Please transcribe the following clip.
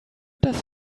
does